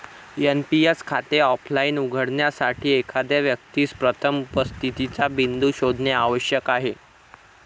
NPS खाते offline उघडण्यासाठी, एखाद्या व्यक्तीस प्रथम उपस्थितीचा बिंदू शोधणे आवश्यक आहे